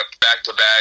back-to-back